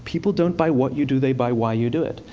people don't buy what you do they buy why you do it.